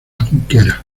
junquera